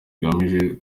agamije